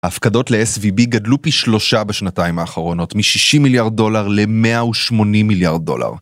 ההפקדות ל-SVB גדלו פי שלושה בשנתיים האחרונות, מ-60 מיליארד דולר ל-180 מיליארד דולר.